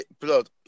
blood